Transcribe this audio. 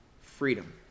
freedom